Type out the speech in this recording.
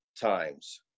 times